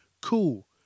Cool